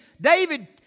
David